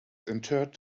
interred